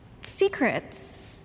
Secrets